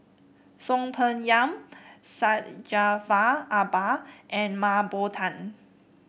Soon Peng Yam Syed Jaafar Albar and Mah Bow Tan